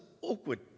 awkward